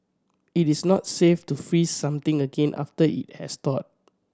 it is not safe to freeze something again after it has thawed